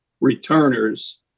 returners